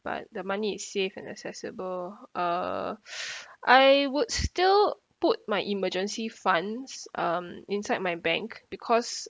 but the money is safe and accessible uh I would still put my emergency funds um inside my bank because